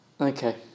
okay